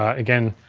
ah again,